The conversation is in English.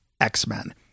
X-Men